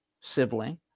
sibling